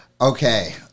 Okay